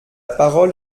parole